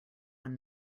when